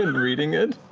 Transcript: and and reading it.